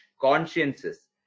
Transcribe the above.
Consciences